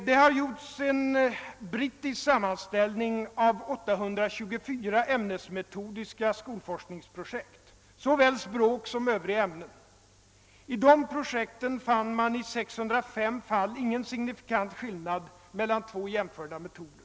Det har gjorts en brittisk sammanställning av 824 ämnesmetodiska skolforskningsprojekt i såväl språk som Öövriga ämnen. I 605 fall fann man ingen signifikant skillnad mellan två jämförda metoder.